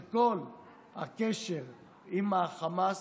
שכל הקשר עם החמאס,